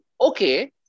okay